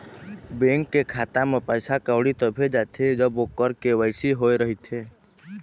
bank के खाता म पइसा कउड़ी तभे जाथे जब ओखर के.वाई.सी होए रहिथे